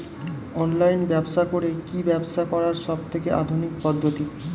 Online ব্যবসা করে কি ব্যবসা করার সবথেকে আধুনিক পদ্ধতি?